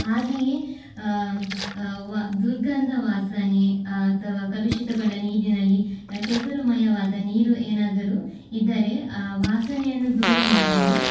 ಹಾಗೆಯೆ ವ ದುರ್ಗಂಧ ವಾಸನೆ ಅಥವಾ ಕಲುಷಿತಗೊಂಡ ನೀರಿನಲ್ಲಿ ಕೆಸರುಮಯವಾದ ನೀರು ಏನಾದರು ಇದ್ದರೆ ಆ ವಾಸನೆಯನ್ನು ದೂರ ಮಾಡಲು